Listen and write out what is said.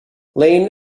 lane